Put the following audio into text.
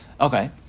okay